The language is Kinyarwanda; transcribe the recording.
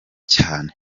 cyane